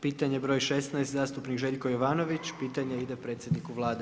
Pitanje broj 16, zastupnik Željko Jovanović, pitanje ide predsjednik Vlade.